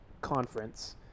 conference